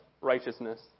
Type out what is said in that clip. righteousness